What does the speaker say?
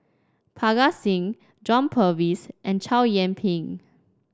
Parga Singh John Purvis and Chow Yian Ping